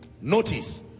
notice